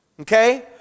Okay